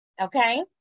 Okay